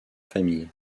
famille